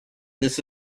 this